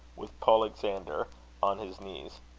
with polexander on his knees.